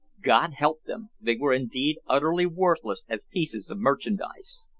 god help them! they were indeed utterly worthless as pieces of merchandise.